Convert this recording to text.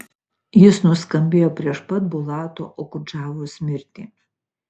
jis nuskambėjo prieš pat bulato okudžavos mirtį